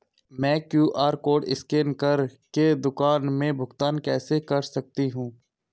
मैं QR code scan कर के दुकान में भुगतान कैसे कर सकती हूँ?